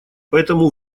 поэтому